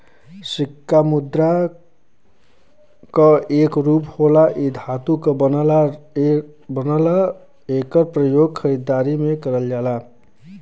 सिक्का मुद्रा क एक रूप होला इ धातु क बनल रहला एकर प्रयोग खरीदारी में करल जाला